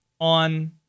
on